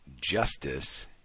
justice